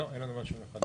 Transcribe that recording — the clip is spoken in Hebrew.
לא אין לנו משהו מיוחד.